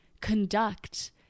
conduct